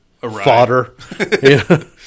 fodder